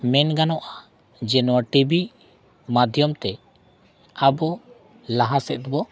ᱢᱮᱱ ᱜᱟᱱᱚᱜᱼᱟ ᱡᱮ ᱱᱚᱣᱟ ᱴᱤᱵᱷᱤ ᱢᱟᱫᱷᱭᱚᱢ ᱛᱮ ᱟᱵᱚ ᱞᱟᱦᱟ ᱥᱮᱫ ᱵᱚ